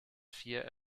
vier